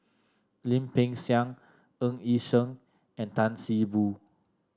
Lim Peng Siang Ng Yi Sheng and Tan See Boo